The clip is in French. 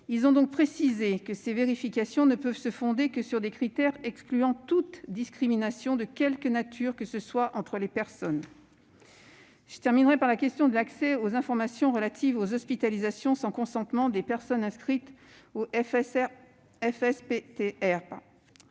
Ils ont donc précisé que ces vérifications ne peuvent se fonder que sur des critères excluant toute discrimination, de quelque nature que ce soit, entre les personnes. Je terminerai par la question de l'accès aux informations relatives aux hospitalisations sans consentement des personnes inscrites au